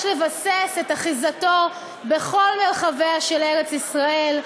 לבסס את אחיזתנו בכל מרחביה של ארץ-ישראל,